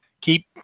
keep